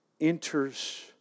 enters